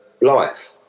life